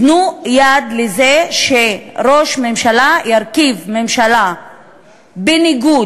תנו יד לזה שראש ממשלה ירכיב ממשלה בניגוד